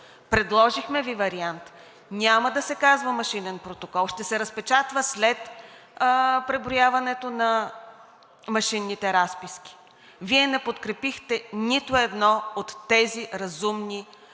Предложихме Ви вариант – няма да се казва машинен протокол, ще се разпечатва след преброяването на машинните разписки. Вие не подкрепихте нито едно от тези разумни предложения.